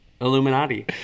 Illuminati